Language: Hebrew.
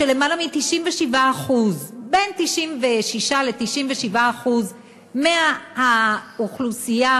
שלמעלה מ-97% בין 96% ל-97% מהאוכלוסייה